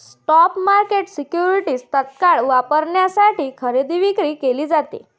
spot market सिक्युरिटीजची तत्काळ वितरणासाठी खरेदी विक्री केली जाते